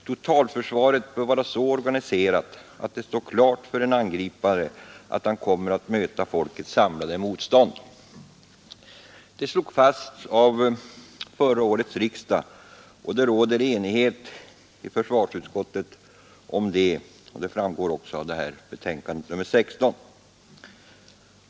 ——— Totalförsvaret bör vara så organiserat att det står klart för en angripare att han kommer att möta folkets samlade motstånd.” Detta slogs fast av förra årets riksdag, och det råder enighet i försvarsutskottet om detta vilket framgår av utskottets betänkande nr 16.